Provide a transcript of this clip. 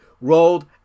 rolled